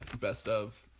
best-of